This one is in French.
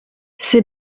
ces